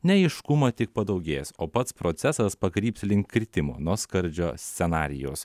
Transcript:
neaiškumo tik padaugės o pats procesas pakryps link kritimo nuo skardžio scenarijaus